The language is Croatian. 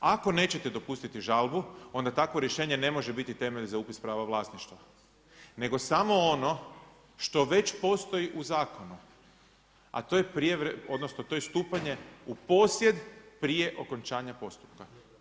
Ako nećete dopustiti žalbu, onda takvo rješenje ne može biti temelj za upis prava vlasništva, nego samo ono što već postoji u zakonu, a to je stupanje u posjed prije okončanja postupka.